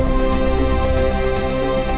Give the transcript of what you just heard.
ah